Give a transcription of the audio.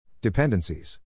Dependencies